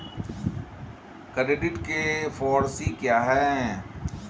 Credit के four C क्या हैं?